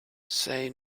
say